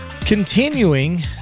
continuing